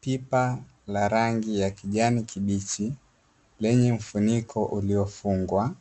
Pipa la rangi ya kijani kibichi lenye mfuniko uliofungwa,